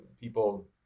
people